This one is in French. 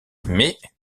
mais